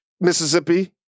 Mississippi